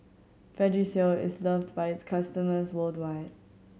vagisil is loved by its customers worldwide